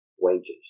wages